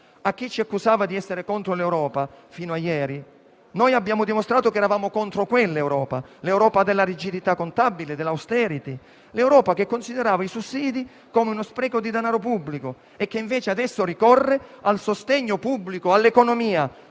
A chi ci accusava di essere contro l'Europa fino a ieri, noi abbiamo dimostrato che eravamo contro quell'Europa, l'Europa della rigidità contabile, dell'*austerity*, l'Europa che considerava i sussidi come uno spreco di denaro pubblico e che invece adesso ricorrere al sostegno pubblico all'economia,